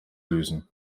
lösen